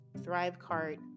Thrivecart